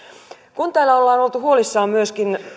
kun täällä ollaan oltu huolissaan myöskin